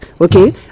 okay